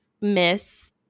miss